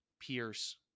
Pierce